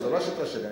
זו לא השיטה שלי,